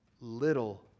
little